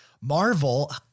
Marvel